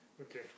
Okay